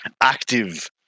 active